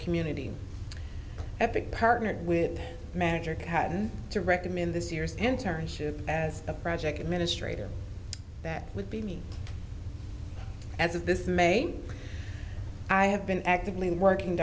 community epic partnered with manager caton to recommend this year's internship as the project administrator that would be me as of this may i have been actively working